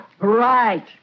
Right